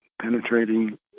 penetrating